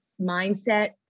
mindset